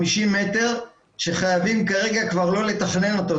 50 מטר שחייבים כרגע כבר לא לתכנן אותו,